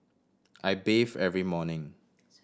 I bathe every morning